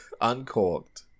uncorked